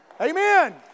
Amen